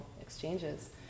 exchanges